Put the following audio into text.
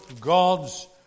gods